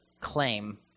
claim